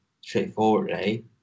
straightforwardly